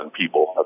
people